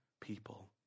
people